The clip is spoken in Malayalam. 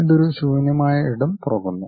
ഇത് ഒരു ശൂന്യമായ ഇടം തുറക്കുന്നു